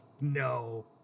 No